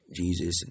Jesus